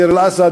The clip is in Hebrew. דיר-אלאסד,